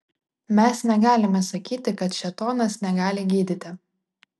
mes negalime sakyti kad šėtonas negali gydyti